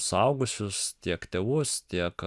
suaugusius tiek tėvus tiek